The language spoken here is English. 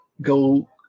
go